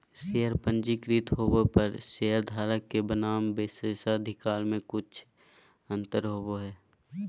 share पंजीकृत होबो पर शेयरधारक के बनाम विशेषाधिकार में भी कुछ अंतर होबो हइ